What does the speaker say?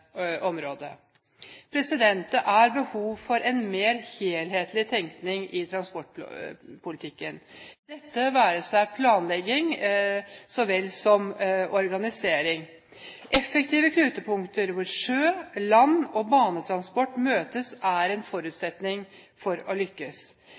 området. Det er behov for en mer helhetlig tenkning i transportpolitikken – det være seg planlegging så vel som organisering. Effektive knutepunkter hvor sjø-, land- og banetransport møtes, er en